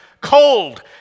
Cold